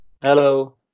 Hello